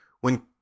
when